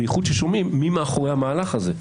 במיוחד כששומעים מי מאחורי המהלך הזה.